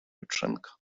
jutrzenka